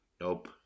Nope